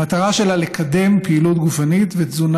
המטרה שלה היא לקדם פעילות גופנית ותזונה